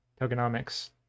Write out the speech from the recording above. tokenomics